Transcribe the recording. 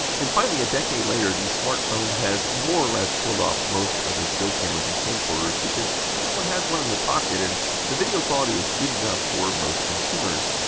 and finally, a decade later the smart phone has more or less killed off most other still cameras and camcorders, because everyone has one in their pocket and the video quality is good enough for most consumers.